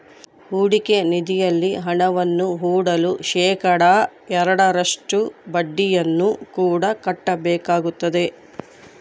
ಹೂಡಿಕೆ ನಿಧಿಯಲ್ಲಿ ಹಣವನ್ನು ಹೂಡಲು ಶೇಖಡಾ ಎರಡರಷ್ಟು ಬಡ್ಡಿಯನ್ನು ಕೂಡ ಕಟ್ಟಬೇಕಾಗುತ್ತದೆ